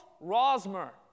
Rosmer